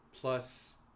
plus